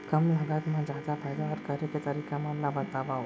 कम लागत मा जादा पैदावार करे के तरीका मन ला बतावव?